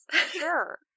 Sure